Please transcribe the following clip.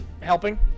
Helping